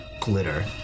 glitter